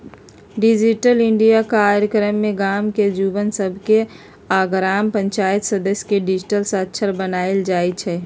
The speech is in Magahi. डिजिटल इंडिया काजक्रम में गाम के जुवक सभके आऽ ग्राम पञ्चाइत सदस्य के डिजिटल साक्षर बनाएल जाइ छइ